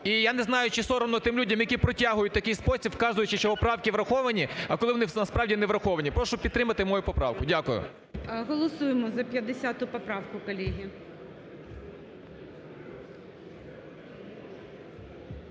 і я не знаю, чи соромно тим людям, які протягують в такий спосіб, вказуючи, що поправки враховані, а коли вони насправді не враховані. Прошу підтримати мою поправку. Дякую. ГОЛОВУЮЧИЙ. Голосуємо за 50 поправку, колеги.